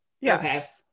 Yes